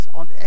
on